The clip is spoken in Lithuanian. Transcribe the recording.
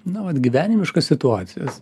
na vat gyvenimiškas situacijas